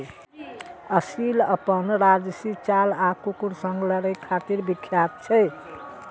असील अपन राजशी चाल आ कुकुर सं लड़ै खातिर विख्यात छै